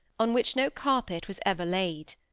on which no carpet was ever laid.